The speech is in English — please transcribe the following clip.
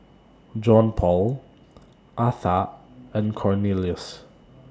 Johnpaul Atha and Cornelius